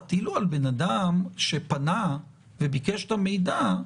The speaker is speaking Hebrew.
זה בדיוק העולם האחר שבו המדינה לא מעורבת,